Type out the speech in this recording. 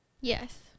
Yes